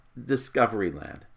Discoveryland